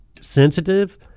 sensitive